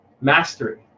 Mastery